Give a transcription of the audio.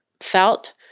felt